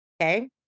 okay